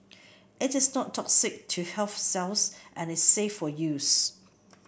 it is not toxic to healthy cells and is safe for use